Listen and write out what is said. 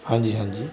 ਹਾਂਜੀ ਹਾਂਜੀ